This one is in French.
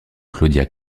claudia